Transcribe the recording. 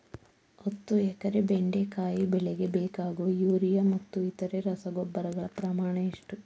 ಹತ್ತು ಎಕರೆ ಬೆಂಡೆಕಾಯಿ ಬೆಳೆಗೆ ಬೇಕಾಗುವ ಯೂರಿಯಾ ಮತ್ತು ಇತರೆ ರಸಗೊಬ್ಬರಗಳ ಪ್ರಮಾಣ ಎಷ್ಟು?